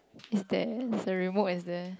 it's there it's the remote it's there